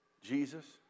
Jesus